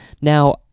Now